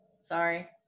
sorry